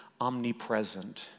omnipresent